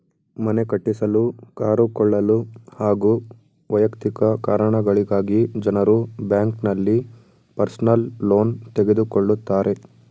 ಮನೆ ಕಟ್ಟಿಸಲು ಕಾರು ಕೊಳ್ಳಲು ಹಾಗೂ ವೈಯಕ್ತಿಕ ಕಾರಣಗಳಿಗಾಗಿ ಜನರು ಬ್ಯಾಂಕ್ನಲ್ಲಿ ಪರ್ಸನಲ್ ಲೋನ್ ತೆಗೆದುಕೊಳ್ಳುತ್ತಾರೆ